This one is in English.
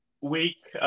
week